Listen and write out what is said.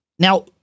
Now